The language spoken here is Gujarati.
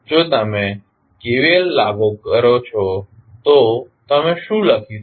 જો તમે KVL લાગુ કરો તો તમે શું લખી શકો